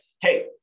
hey